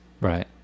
Right